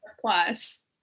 plus